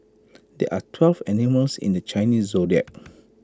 there are twelve animals in the Chinese Zodiac